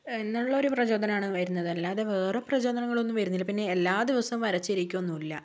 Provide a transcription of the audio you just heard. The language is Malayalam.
എന്നുള്ളൊരു പ്രചോദനമാണ് വരുന്നത് അല്ലാതെ വേറെ പ്രചോദനകളൊന്നും വരുന്നില്ല പിന്നെ എല്ലാ ദിവസവും വരച്ചിരിക്കൊന്നുമില്ല